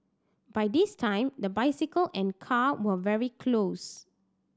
by this time the bicycle and car were very close